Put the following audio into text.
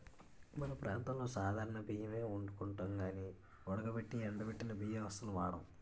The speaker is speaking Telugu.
మన ప్రాంతంలో సాధారణ బియ్యమే ఒండుకుంటాం గానీ ఉడకబెట్టి ఎండబెట్టిన బియ్యం అస్సలు వాడం